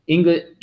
English